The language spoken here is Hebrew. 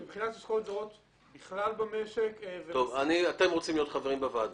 אני מבין שאתם רוצים להיות חברים בוועדה.